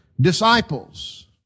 disciples